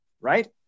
right